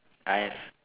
I've